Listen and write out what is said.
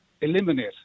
eliminate